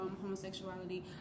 homosexuality